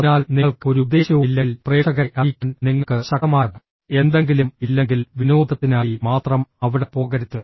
അതിനാൽ നിങ്ങൾക്ക് ഒരു ഉദ്ദേശ്യവുമില്ലെങ്കിൽ പ്രേക്ഷകരെ അറിയിക്കാൻ നിങ്ങൾക്ക് ശക്തമായ എന്തെങ്കിലും ഇല്ലെങ്കിൽ വിനോദത്തിനായി മാത്രം അവിടെ പോകരുത്